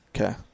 Okay